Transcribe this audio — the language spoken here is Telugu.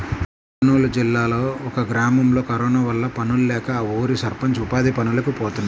కర్నూలు జిల్లాలో ఒక గ్రామంలో కరోనా వల్ల పనుల్లేక ఆ ఊరి సర్పంచ్ ఉపాధి పనులకి పోతున్నాడు